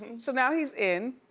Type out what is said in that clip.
so now he's in.